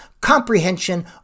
comprehension